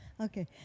Okay